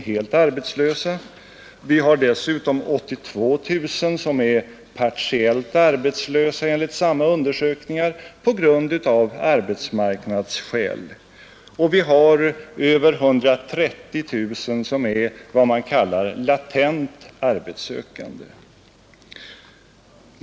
Dessutom finns 82 000 människor som enligt samma undersökningar är partiellt arbetslösa av arbetsmarknadsskäl, och över 130 000 som är vad man kallar latent arbetssökande.